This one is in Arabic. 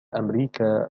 أمريكا